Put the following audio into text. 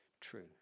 True